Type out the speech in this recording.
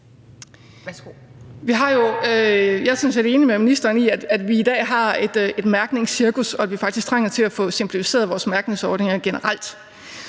set enig med ministeren i, at vi i dag har et mærkningscirkus, og at vi faktisk trænger til at få simplificeret vores mærkningsordninger generelt.